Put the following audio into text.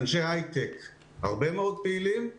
אנשי הייטק פעילים מאוד